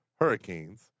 hurricanes